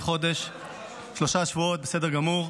שלושה שבועות או חודש?